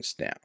now